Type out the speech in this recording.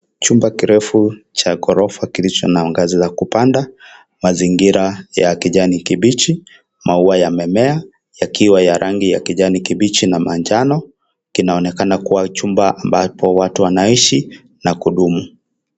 Chumba kirefu cha gorofa kilicho na ngazi ya kupanda, mazingira ya kijani kibichi, maua yamemea yakiwa ya rangi ya kijani kibichi na manjano kinaonekana kuwa chumba ambapo watu wanaishi na kudumu.